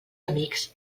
amics